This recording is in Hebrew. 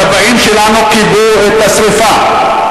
הכבאים שלנו כיבו את השרפה,